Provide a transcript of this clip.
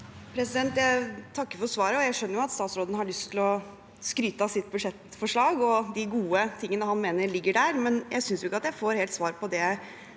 Jeg takker for svaret. Jeg skjønner at statsråden har lyst til å skryte av sitt budsjettforslag og de gode tingene han mener ligger der, men jeg synes ikke at jeg helt får svar på det